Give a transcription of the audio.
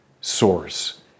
Source